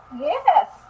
yes